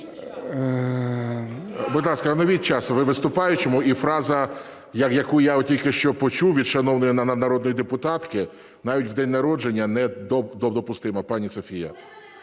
Будь ласка, оновіть час ви виступаючому. І фраза, яку я тільки що почув від шановної народної депутатки, навіть у день народження, недопустима, пані Софія.